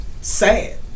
sad